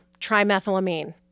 trimethylamine